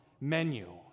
menu